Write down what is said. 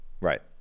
Right